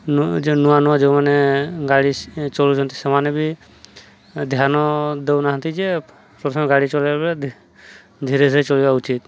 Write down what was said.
ଯେ ନୂଆ ନୂଆ ଯେଉଁମାନେ ଗାଡ଼ି ଚଳଉଛନ୍ତି ସେମାନେ ବି ଧ୍ୟାନ ଦଉନାହାନ୍ତି ଯେ ପ୍ରଥମେ ଗାଡ଼ି ଚଳେଇବା ବେଳେ ଧୀରେ ଧୀରେ ଚଲିବା ଉଚିତ୍